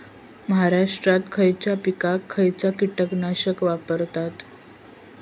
महाराष्ट्रात खयच्या पिकाक खयचा कीटकनाशक वापरतत?